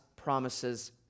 promises